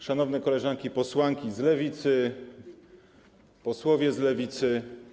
Szanowne Koleżanki Posłanki z Lewicy i Posłowie z Lewicy!